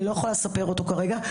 אני לא יכולה לספר אותו כרגע.